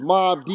Mob